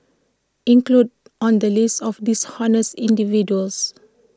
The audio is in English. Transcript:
included on the list of dishonest individuals